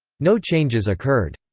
no changes occurred.